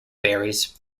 berries